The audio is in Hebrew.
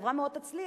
החברה מאוד תצליח,